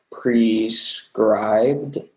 prescribed